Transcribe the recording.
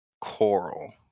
Coral